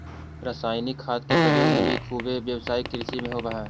रसायनिक खाद के प्रयोग भी खुबे व्यावसायिक कृषि में होवऽ हई